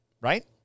Right